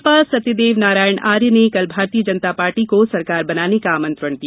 राज्यपाल सत्यदेव नारायण आर्य ने कल भारतीय जनता पार्टी को सरकार बनाने का आमंत्रण दिया